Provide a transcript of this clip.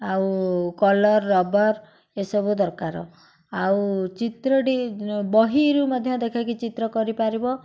ଆଉ colour rubber ଏସବୁ ଦରକାର ଆଉ ଚିତ୍ରଟି ବହିରୁ ମଧ୍ୟ ଦେଖିକି ଚିତ୍ର କରିପାରିବ